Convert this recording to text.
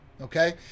okay